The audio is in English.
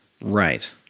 Right